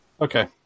Okay